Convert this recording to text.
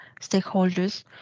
stakeholders